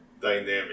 dynamic